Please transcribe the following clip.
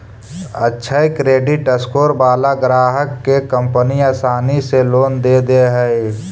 अक्षय credit score वाला ग्राहक के कंपनी आसानी से लोन दे दे हइ